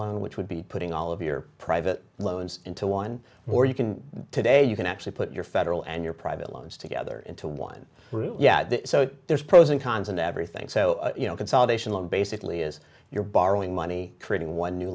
loan which would be putting all of your private loans into one or you can today you can actually put your federal and your private loans together into one group yeah so there's pros and cons and everything so you know consolidation loan basically is you're borrowing money creating one new